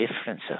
difference